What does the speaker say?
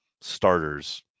starters